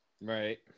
Right